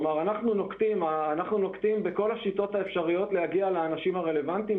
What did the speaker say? אנחנו נוקטים בכל השיטות האפשריות על מנת להגיע לאנשים הרלוונטיים.